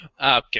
Okay